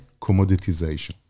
commoditization